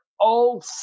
old